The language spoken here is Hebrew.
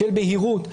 של בהירות,